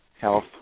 health